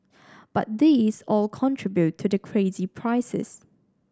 but these all contribute to the crazy prices